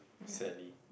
sadly